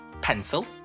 Pencil